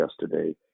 yesterday